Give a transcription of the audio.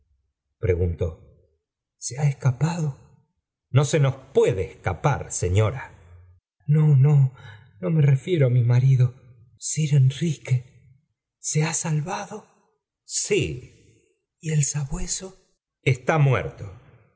se lia emm pado no se nos puede escapar señora no no no me refiero á mi marido si ihm que se ha salvado sí y el sabueso está muerto